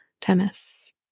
tennis